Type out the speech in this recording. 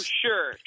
sure